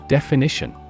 Definition